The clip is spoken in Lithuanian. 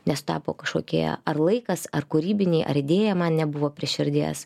nesutapo kažkokie ar laikas ar kūrybiniai ar idėja man nebuvo prie širdies